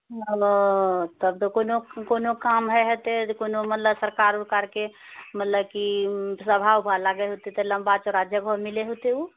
ओ तब तऽ कोनो काम हेतए मने कोनो मतलब सरकार उरकारके मतलब की सभा उभा लागए होतए तऽ लम्बा चौड़ा जगह मिलए होतए ओ